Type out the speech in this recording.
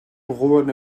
drohen